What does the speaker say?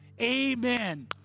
Amen